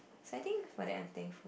I think for them I think